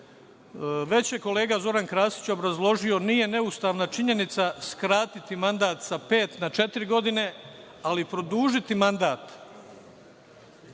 je kolega Zoran Krasić obrazložio, nije neustavna činjenica skratiti mandat sa pet na četiri godine, ali produžiti mandat